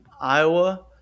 Iowa